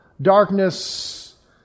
darkness